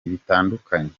bitandukanye